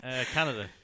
Canada